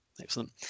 excellent